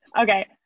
Okay